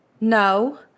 No